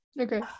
okay